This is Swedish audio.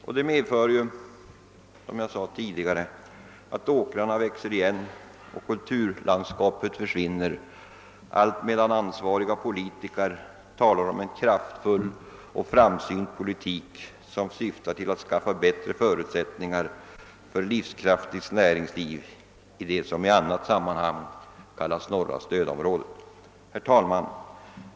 Detta medför, som jag tidigare påpekat, att åkrarna växer igen och kulturlandskapet försvinner allt medan ansvariga politiker talar om en kraftfull och framsynt politik, som syftar till att skapa bättre förutsättningar för ett livskraftigt näringsliv i vad man i annat sammanhang kallar det norra stödområdet. Herr talman!